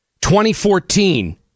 2014